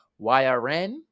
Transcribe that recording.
YRN